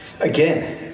Again